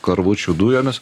karvučių dujomis